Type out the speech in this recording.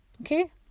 Okay